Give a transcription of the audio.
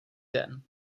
den